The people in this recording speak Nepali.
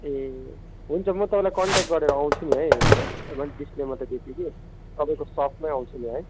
ए हुन्छ म तपाईँलाई कन्ट्याक गरेर आउँछु नि है म मैले डिसप्लेमा त देखेँ कि तपाईँको सबमै आउँछु नि है